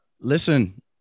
Listen